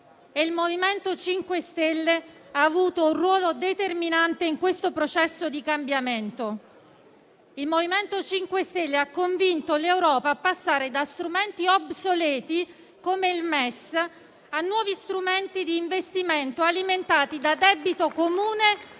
il MoVimento 5 Stelle ha avuto un ruolo determinante in questo processo di cambiamento. Il MoVimento 5 Stelle ha convinto l'Europa a passare da strumenti obsoleti, come il Meccanismo europeo di stabilità (MES), a nuovi strumenti di investimento, alimentati da debito comune e